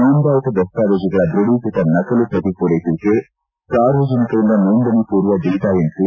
ನೋಂದಾಯಿತ ದಸ್ತಾವೇಜುಗಳ ದ್ಯಢೀಕೃತ ನಕಲು ಪ್ರತಿ ಮೂರೈಸುವಿಕೆ ಸಾರ್ವಜನಿಕರಿಂದ ನೋಂದಣಿಪೂರ್ವ ಡೇಟಾ ಎಂಟ್ರಿ